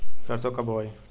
सरसो कब बोआई?